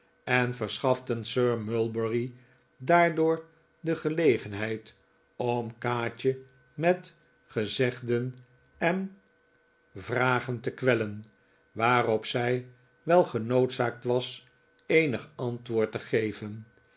en verschaften sir mulberry daardoor de gelegenheid om kaatje met gezegden en vragen te kwellen waarop zij wel genoodzaakt was eenig antwoord te geven